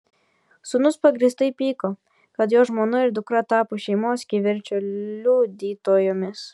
sūnus pagrįstai pyko kad jo žmona ir dukra tapo šeimos kivirčo liudytojomis